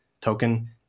token